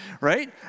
Right